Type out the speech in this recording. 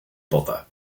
bother